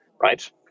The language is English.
right